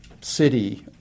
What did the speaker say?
city